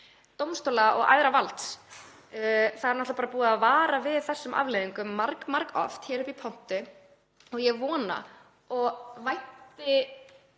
dómstóla og æðra vald. Það er náttúrlega búið að vara við þessum afleiðingum margoft hér uppi í pontu og ég vona og vænti